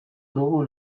dugu